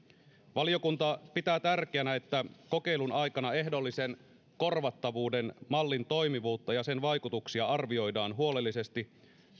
valiokunta pitää tärkeänä että kokeilun aikana ehdollisen korvattavuuden mallin toimivuutta ja sen vaikutuksia arvioidaan huolellisesti